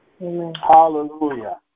Hallelujah